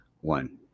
one